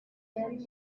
rim